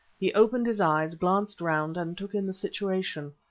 he opened his eyes, glanced round, and took in the situation.